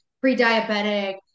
pre-diabetic